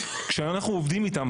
כשאנחנו עובדים איתן,